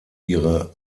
ihre